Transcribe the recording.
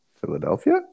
Philadelphia